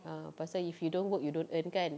ya pasal if you don't work you don't earn kan